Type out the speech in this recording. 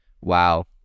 Wow